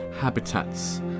habitats